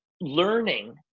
learning